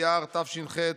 באייר תש"ח,